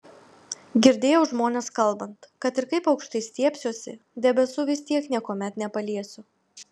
girdėjau žmones kalbant kad ir kaip aukštai stiebsiuosi debesų vis tiek niekuomet nepaliesiu